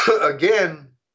again